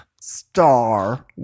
Star